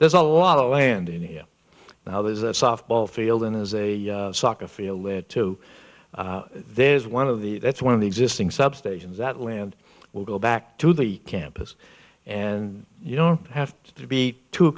there's a lot of land in here now there's a softball field and as a soccer field too there's one of the that's one of the existing substations that land will go back to the campus and you don't have to be too